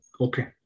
Okay